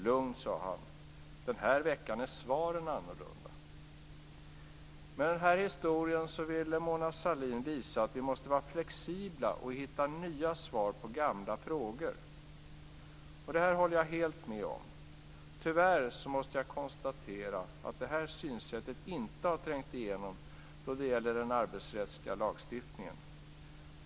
Han sade: Lugn, den här veckan är svaren annorlunda. Med denna historia ville Mona Sahlin visa att vi måste vara flexibla och hitta nya svar på gamla frågor. Detta håller jag helt med om. Tyvärr måste jag konstatera att detta synsätt inte har trängt igenom då det gäller den arbetsrättsliga lagstiftningen.